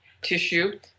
tissue